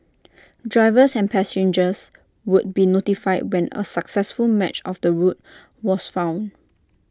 drivers and passengers would be notified when A successful match of the route was found